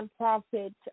nonprofit